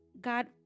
God